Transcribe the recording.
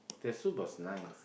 the soup was nice